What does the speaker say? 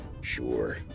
Sure